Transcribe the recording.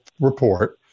report